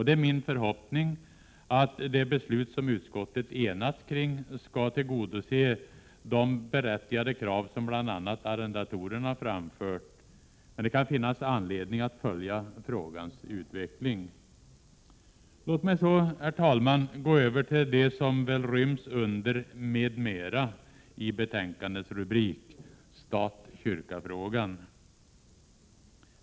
Det är min förhoppning att det beslut som utskottet har enats om skall tillgodose de berättigade krav som bl.a. arrendatorerna framfört. Det kan finnas anledning att följa frågans utveckling. Låt mig så, herr talman, gå över till det som väl ryms under ”m.m.” i betänkandets rubrik, dvs. stat-kyrka-frågan.